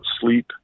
sleep